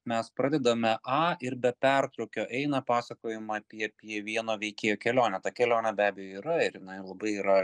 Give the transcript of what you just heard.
mes pradedame a ir be pertrūkio eina pasakojimą apie apie vieno veikėjo kelionę ta kelionė be abejo yra ir labai yra